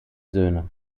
söhne